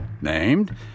named